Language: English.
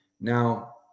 Now